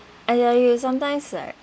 !aiya! you sometimes like